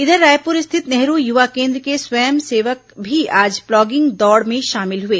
इधर रायपुर स्थित नेहरू युवा केंद्र के स्वयंसेवक भी आज प्लॉगिंग दौड़ में शामिल हुए